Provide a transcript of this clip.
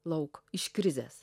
lauk iš krizės